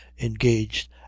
engaged